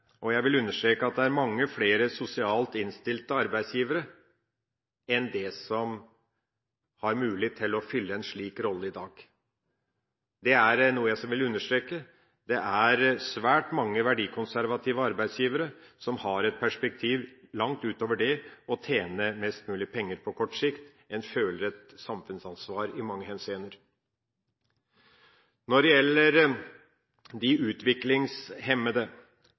disse. Jeg vil understreke at det er mange flere sosialt innstilte arbeidsgivere enn de som har mulighet til å fylle en slik rolle i dag. Noe jeg også vil understreke, er at det er svært mange verdikonservative arbeidsgivere som har et perspektiv langt utover det å tjene mest mulig penger på kort sikt, som i mange henseende føler et samfunnsansvar. Når det gjelder de utviklingshemmede,